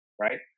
Right